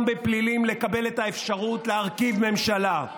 בפלילים לקבל את האפשרות להרכיב ממשלה.